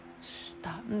stop